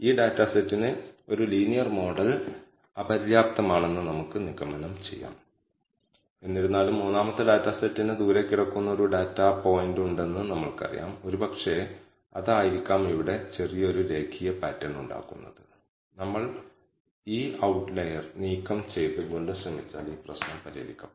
മറുവശത്ത് രണ്ടും ആണെങ്കിൽ ഈ അളവുകൾ 0 യുടെ ഇടതുവശത്തോ പൂർണ്ണമായും നെഗറ്റീവ് ആണെങ്കിൽ 0 യുടെ വലത്തോട്ടോ ആണെങ്കിൽ ഈ രണ്ട് അളവുകളും പോസിറ്റീവ് ആണെങ്കിൽ ഈ ഇന്റെർവെല്ലിൽ 0 അടങ്ങിയിരിക്കില്ല തുടർന്ന് നമുക്ക് നിഗമനം β10 നൾ ഹൈപോതെസിസ് നിരസിക്കാൻ കഴിയും